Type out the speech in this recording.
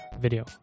video